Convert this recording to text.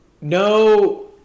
No